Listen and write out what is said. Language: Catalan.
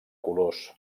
colors